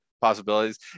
possibilities